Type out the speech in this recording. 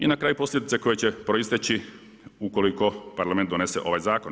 I na kraju posljedice koje će proisteći ukoliko Parlament donese ovaj zakon.